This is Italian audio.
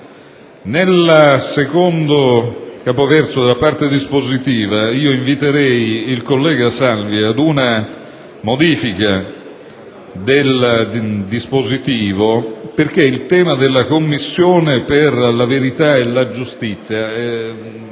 Nel secondo capoverso della parte dispositiva, inviterei il collega Salvi ad apportare una modifica al testo, perché il tema della «commissione per la verità e la giustizia»